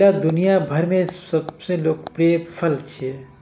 केला दुनिया भरि मे सबसं लोकप्रिय फल छियै